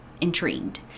intrigued